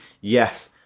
Yes